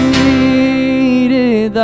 needed